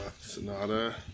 Sonata